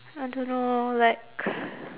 I don't know like